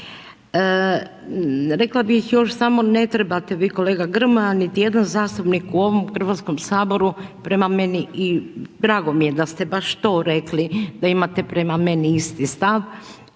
Rekla bih još samo ne trebate vi kolega Grmoja niti jedan zastupnik u ovom Hrvatskom saboru prema meni i drago mi je da ste baš to rekli da imate prema isti stav,